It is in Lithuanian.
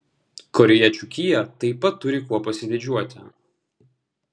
korėjiečių kia taip pat turi kuo pasididžiuoti